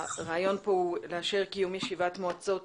(קיום ישיבת מועצה